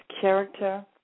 character